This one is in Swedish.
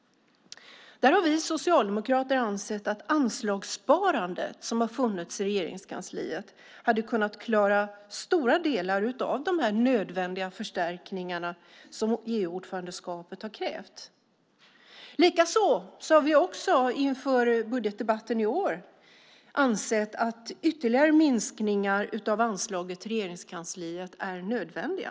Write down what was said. Där har vi socialdemokrater ansett att anslagssparandet i Regeringskansliet hade kunnat klara stora delar av de nödvändiga förstärkningarna som EU-ordförandeskapet har krävt. Likaså har vi inför budgetdebatten i år ansett att ytterligare minskningar av anslaget till Regeringskansliet är nödvändiga.